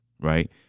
Right